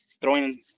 throwing